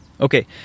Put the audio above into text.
Okay